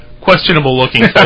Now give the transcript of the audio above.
questionable-looking